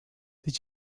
did